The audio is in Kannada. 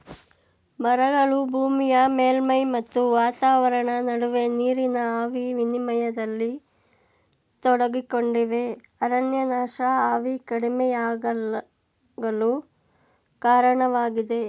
ಮರಗಳು ಭೂಮಿಯ ಮೇಲ್ಮೈ ಮತ್ತು ವಾತಾವರಣ ನಡುವೆ ನೀರಿನ ಆವಿ ವಿನಿಮಯದಲ್ಲಿ ತೊಡಗಿಕೊಂಡಿವೆ ಅರಣ್ಯನಾಶ ಆವಿ ಕಡಿಮೆಯಾಗಲು ಕಾರಣವಾಗಿದೆ